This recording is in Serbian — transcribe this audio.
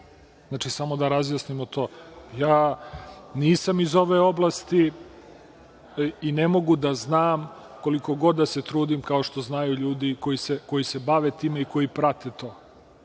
Samo da to razjasnimo. Ja nisam iz ove oblasti i ne mogu da znam, koliko god da se trudi, kao što znaju ljudi koji se bave time i koji prate to. Da